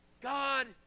God